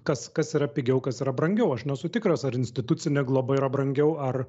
kas kas yra pigiau kas yra brangiau aš nesu tikras ar institucinė globa yra brangiau ar